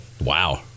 Wow